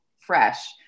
fresh